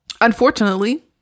unfortunately